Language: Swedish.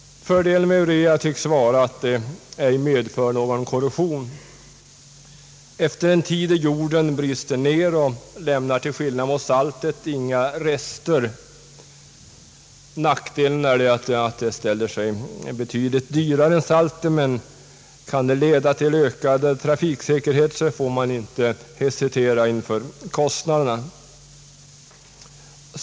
Fördelen med detta ämne tycks vara att det inte medför korrosion. Efter en tid i jorden bryts det ned och lämnar till skillnad mot saltet inga rester. Nackdelen är att det ställer sig betydligt dyrare än saltet, men kan det leda till ökad trafiksäkerhet får man inte hesitera inför kostnaderna.